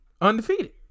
undefeated